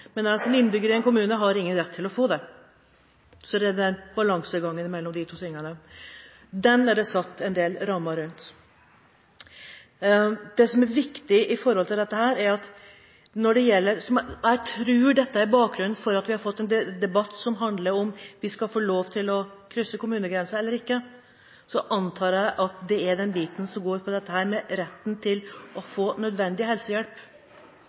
som innbygger i en kommune har jeg ingen rett til å få det. Det er en balansegang mellom disse to tingene, og den er det satt en del rammer rundt. Jeg antar at bakgrunnen for at vi har fått en debatt som handler om vi skal få lov til å krysse kommunegrenser eller ikke, er den biten som går på dette med retten til å få nødvendig helsehjelp.